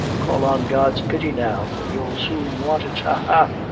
call on god's pity now, for you'll soon want it. ha! ha!